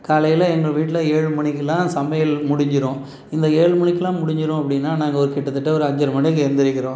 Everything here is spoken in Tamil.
காலையில் எங்கள் வீட்டில் ஏழு மணிக்கெல்லாம் சமையல் முடிஞ்சிடும் இந்த ஏழு மணிக்கெல்லாம் முடிஞ்சுடும் அப்படின்னா நாங்கள் ஒரு கிட்டத்தட்ட ஒரு அஞ்சரை மணிக்கு எழுந்திரிக்கிறோம்